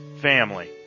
Family